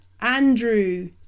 Andrew